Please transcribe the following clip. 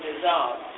dissolved